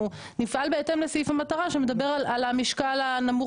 אנחנו נפעל בהתאם לסעיף המטרה שמדבר על המשקל הנמוך